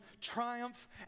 triumph